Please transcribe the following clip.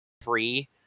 free